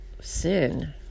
sin